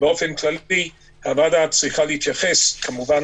באופן כללי הוועדה צריכה להתייחס כמובן